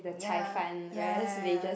ya ya